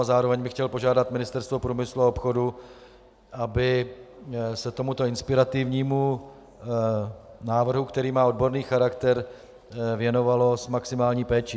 Zároveň bych chtěl požádat Ministerstvo průmyslu a obchodu, aby se tomuto inspirativnímu návrhu, který má odborný charakter, věnovalo s maximální péčí.